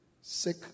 sick